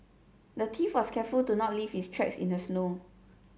the thief was careful to not leave his tracks in the snow